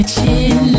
Chin